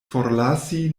forlasi